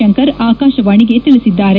ಶಂಕರ್ ಆಕಾಶವಾಣಿಗೆ ತಿಳಿಸಿದ್ದಾರೆ